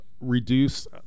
reduce